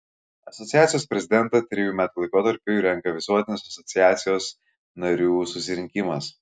asociacijos prezidentą trejų metų laikotarpiui renka visuotinis asociacijos narių susirinkimas